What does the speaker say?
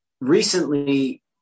recently